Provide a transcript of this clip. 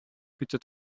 bitte